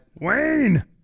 Wayne